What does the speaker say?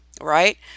Right